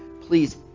please